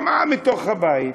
היא שמעה בתוך הבית